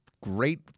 great